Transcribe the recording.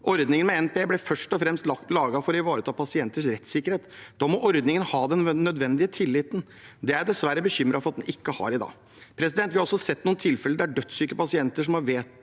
Ordningen med NPE ble først og fremst laget for å ivareta pasienters rettssikkerhet. Da må ordningen ha den nødvendige tilliten. Det er jeg dessverre bekymret for at den ikke har i dag. Vi har også sett noen tilfeller der dødssyke pasienter som har vedtak